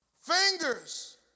Fingers